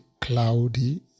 cloudy